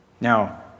Now